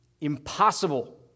impossible